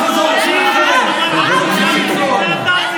כמה שנים לא הייתה, זוכרים "לא פרנסה,